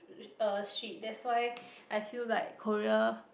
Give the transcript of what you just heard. uh street that's why I feel like Korea